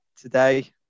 today